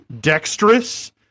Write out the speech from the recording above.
dexterous